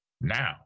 now